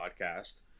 podcast